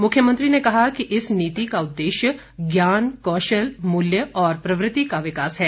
मुख्यमंत्री ने कहा कि इस नीति का उद्देश्य ज्ञान कौशल मूल्य और प्रवृति का विकास है